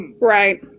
right